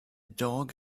dog